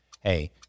hey